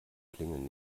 klingeln